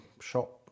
shop